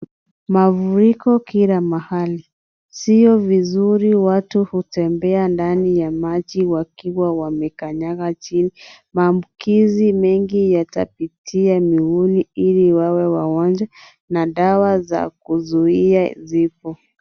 Mafuriko kila mahali. Sio vizuri watu kutembea ndani ya maji wakiwa wamekanyanga chini. Maabukizi mengi yatapitia miguuni ili wawe wagonjwa na dawa za kuzuia zipo.